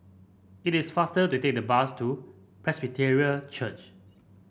it is faster to take the bus to Presbyterian Church